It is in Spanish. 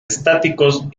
estáticos